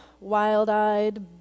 wild-eyed